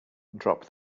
drop